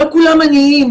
לא כולם עניים,